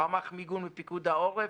רמ"ח מיגון בפיקוד העורף.